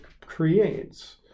creates